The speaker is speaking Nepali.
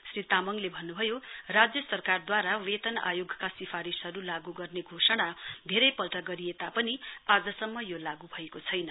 श्री तामङले भन्नुभयो राज्य सरकारद्वारा वेतन आयोगका सिफारिसहरु लागू गर्ने घोषणा धेरैपल्ट गरे तापनि आजसम्म यो लागू भएको छैन